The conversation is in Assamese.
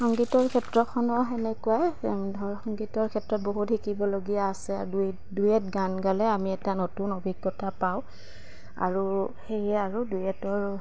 সংগীতৰ ক্ষেত্ৰখনৰ সেনেকুৱাই ধৰক সংগীতৰ ক্ষেত্ৰত বহুত শিকিবলগীয়া আছে আৰু ডুৱেট গান গালে আমি এটা নতুন অভিজ্ঞতা পাওঁ আৰু সেয়ে আৰু ডুৱেটৰ